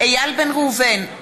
איל בן ראובן,